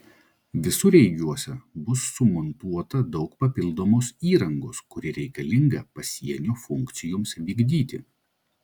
visureigiuose bus sumontuota daug papildomos įrangos kuri reikalinga pasienio funkcijoms vykdyti